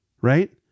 right